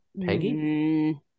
Peggy